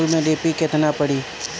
मसूर में डी.ए.पी केतना पड़ी?